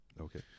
Okay